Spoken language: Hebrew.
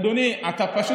אדוני, אתה פשוט